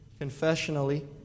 confessionally